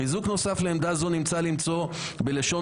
חיזוק נוסף לעמדה זו ניתן למצוא בלשון